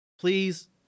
please